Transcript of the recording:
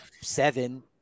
seven